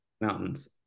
Mountains